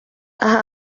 aha